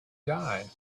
die